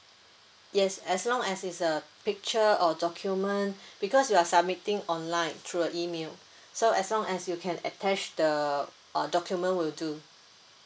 yes as long as is a picture or document because you are submitting online through the email so as long as you can attach the uh document will do